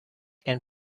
and